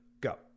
Go